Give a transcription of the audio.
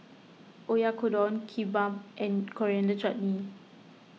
Oyakodon Kimbap and Coriander Chutney